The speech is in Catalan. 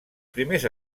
primers